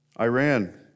Iran